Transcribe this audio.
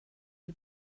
you